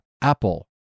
apple